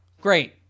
Great